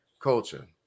culture